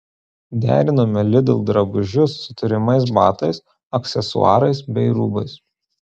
derinome lidl drabužius su turimais batais aksesuarais bei rūbais